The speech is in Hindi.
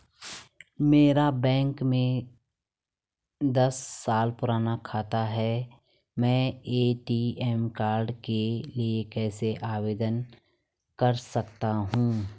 मेरा बैंक में दस साल पुराना खाता है मैं ए.टी.एम कार्ड के लिए कैसे आवेदन कर सकता हूँ?